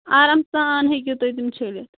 آرام سان ہٮ۪کِو تُہۍ تِم چھٔلِتھ